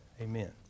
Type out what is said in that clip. Amen